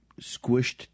squished